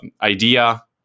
idea